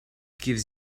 gives